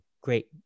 Great